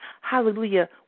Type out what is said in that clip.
hallelujah